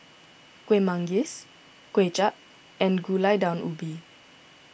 Kuih Manggis Kway Chap and Gulai Daun Ubi